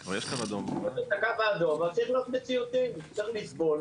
עושים את ה"קו האדום" וצריך להיות מציאותיים וצריך לסבול.